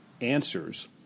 answers